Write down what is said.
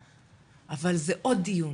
אבל זה עוד דיון